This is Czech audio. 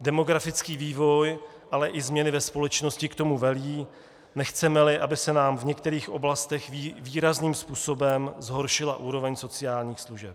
Demografický vývoj, ale i změny ve společnosti k tomu velí, nechcemeli, aby se nám v některých oblastech výrazným způsobem zhoršila úroveň sociálních služeb.